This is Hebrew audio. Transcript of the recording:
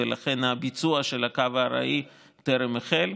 ולכן הביצוע של הקו הארעי טרם החל.